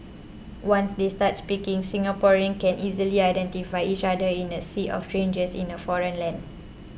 once they start speaking Singaporeans can easily identify each other in a sea of strangers in a foreign land